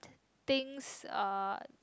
things uh